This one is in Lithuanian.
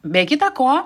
be kita ko